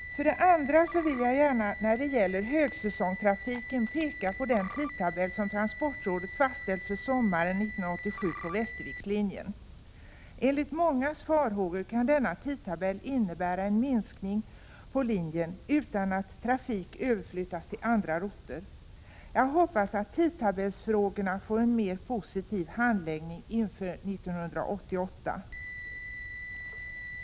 Vidare vill jag gärna när det gäller högsäsongstrafiken peka på den tidtabell som transportrådet fastställt för sommaren 1987 på Västervikslinjen. Enligt mångas farhågor kan denna tidtabell innebära en minskning på linjen utan att trafik överflyttas till andra router. Jag hoppas att tidtabellsfrå 17 gan får en mer positiv handläggning inför 1988.